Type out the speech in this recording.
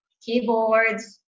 keyboards